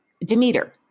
Demeter